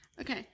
Okay